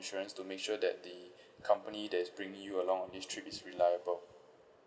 insurance to make sure that the company that's bringing you along this trip is reliable